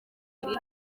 mubiri